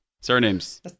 Surnames